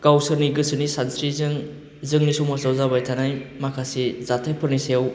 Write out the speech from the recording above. गावसोरनि गोसोनि सानस्रिजों जोंनि समासाव जाबाय थानाय माखासे जाथाइफोरनि सायाव